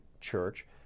Church